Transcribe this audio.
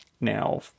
now